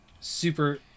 Super